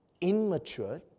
immature